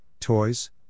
toys